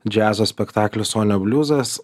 džiazo spektaklis sonio bliuzas